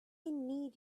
need